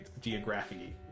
geography